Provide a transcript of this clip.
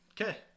Okay